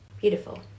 Beautiful